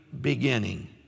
beginning